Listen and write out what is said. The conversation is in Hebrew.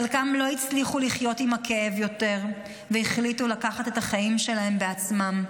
חלקם לא הצליחו לחיות עם הכאב יותר והחליטו לקחת את החיים שלהם בעצמם,